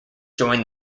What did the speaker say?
joined